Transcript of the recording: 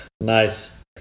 Nice